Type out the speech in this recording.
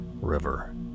River